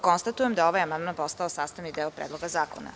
Konstatujem da je ovaj amandman postao sastavni deo Predloga zakona.